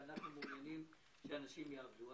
אנחנו מעוניינים שאנשים יעבדו.